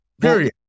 Period